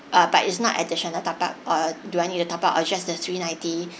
uh but it's not additional top up or do I need to top up or just the three ninety